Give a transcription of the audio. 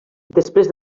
després